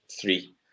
three